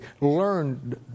learned